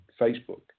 Facebook